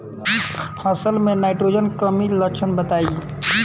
फसल में नाइट्रोजन कमी के लक्षण बताइ?